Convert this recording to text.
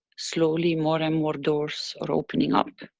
slowly more and more doors are opening up.